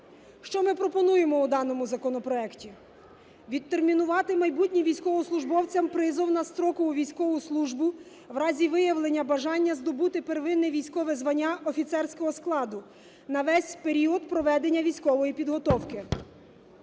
Що ми пропонуємо у даному законопроекті? Відтермінувати майбутнім військовослужбовцям призов на строкову військову службу в разі виявлення бажання здобути первинне військове звання офіцерського складу на весь період проведення військової підготовки.